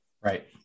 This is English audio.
Right